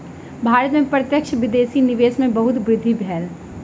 भारत में प्रत्यक्ष विदेशी निवेश में बहुत वृद्धि भेल